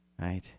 right